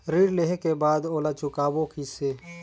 ऋण लेहें के बाद ओला चुकाबो किसे?